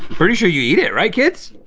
pretty sure you eat it, right kids?